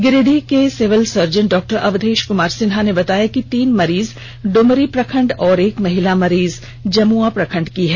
गिरिडीह के civil surgeon doctor Awadhesh Kumar Sinha ने बताया कि तीन मरीज डुमरी प्रखंड और एक महिला मरीज जमुआ प्रखंड की है